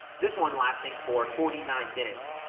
this one lasting for forty-nine minutes.